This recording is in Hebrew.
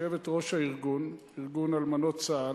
יושבת-ראש ארגון אלמנות צה"ל,